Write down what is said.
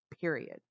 period